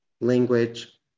language